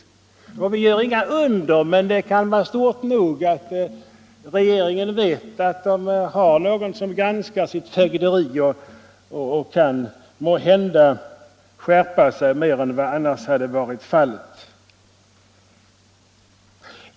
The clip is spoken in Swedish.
Vi gör visserligen inga under, men det kan vara stort nog att regeringen vet att det finns någon som granskar dess fögderi — därigenom kan regeringen måhända skärpa sig något mer än vad annars kanske hade varit fallet.